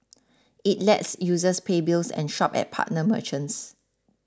it lets users pay bills and shop at partner merchants